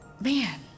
man